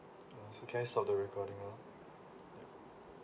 uh so can I stop the recording now yup